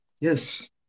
Yes